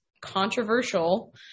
controversial